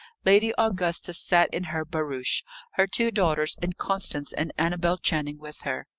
lady augusta sat in her barouche her two daughters and constance and annabel channing with her.